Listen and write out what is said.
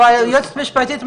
להוסיף לנוסח את ההתייחסות.